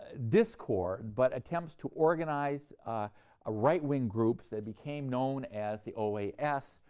discord but attempts to organize ah ah rightwing groups they became known as the oas,